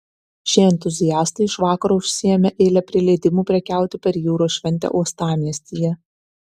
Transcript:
šie entuziastai iš vakaro užsiėmė eilę prie leidimų prekiauti per jūros šventę uostamiestyje